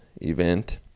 event